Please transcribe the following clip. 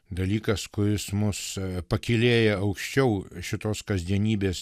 dalykas kuris mus pakylėja aukščiau šitos kasdienybės